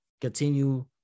continue